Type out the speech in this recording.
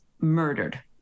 murdered